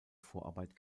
vorarbeit